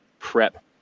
prep